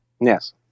Yes